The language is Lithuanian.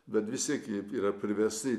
bet vistiek jie yra privesti